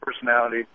personality